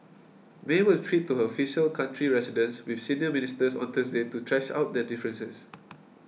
May will retreat to her official country residence with senior ministers on Thursday to thrash out their differences